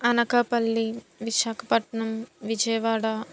Anakapalli Visakhapatnam Vijayawada